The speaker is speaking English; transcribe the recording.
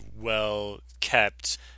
well-kept